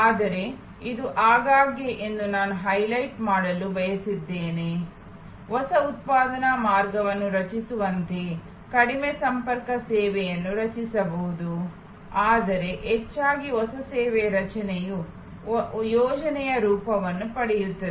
ಆದರೆ ಇದು ಆಗಾಗ್ಗೆ ಎಂದು ನಾನು ಹೈಲೈಟ್High Light ಮಾಡಲು ಬಯಸಿದ್ದೇನೆ ಹೊಸ ಉತ್ಪಾದನಾ ಮಾರ್ಗವನ್ನು ರಚಿಸುವಂತೆಯೇ ಕಡಿಮೆ ಸಂಪರ್ಕ ಸೇವೆಯನ್ನು ರಚಿಸಬಹುದು ಆದರೆ ಹೆಚ್ಚಾಗಿ ಹೊಸ ಸೇವಾ ರಚನೆಯು ಯೋಜನೆಯ ರೂಪವನ್ನು ಪಡೆಯುತ್ತದೆ